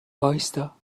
وایستا